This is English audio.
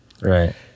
right